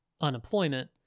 unemployment